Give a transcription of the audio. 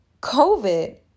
COVID